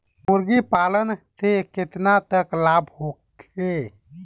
मुर्गी पालन से केतना तक लाभ होखे?